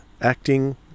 acting